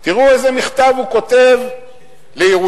תראו איזה מכתב הוא כותב לירושלים,